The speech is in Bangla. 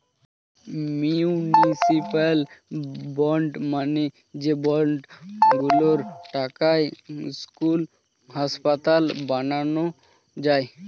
মিউনিসিপ্যাল বন্ড মানে যে বন্ড গুলোর টাকায় স্কুল, হাসপাতাল বানানো যায়